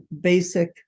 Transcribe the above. basic